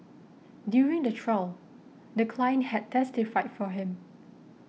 during the trial the client had testified for him